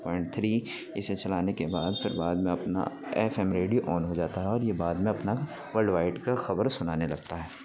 point three اسے چلانے کے بعد پھر بعد میں اپنا ایف ایم ریڈیو آن ہو جاتا ہے اور یہ بعد میں اپنا ولڈ وائڈ کا خبر سنانے لگتا ہے